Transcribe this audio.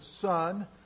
Son